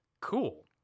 Cool